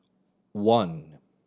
one